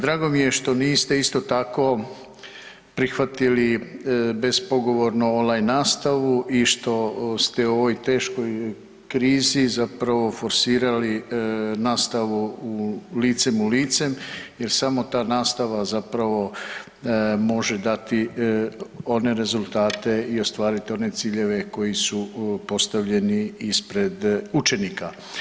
Drago mi je što niste, isto tako, prihvatili bespogovorno on line nastavu i što ste u ovoj teškoj krizi zapravo forsirali nastavu u licem u lice, jer samo ta nastava zapravo može dati one rezultate i ostvariti one ciljeve koji su postavljeni ispred učenika.